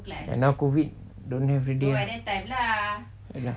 but now COVID don't have already lah